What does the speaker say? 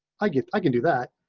i get i can do that.